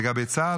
לגבי צה"ל,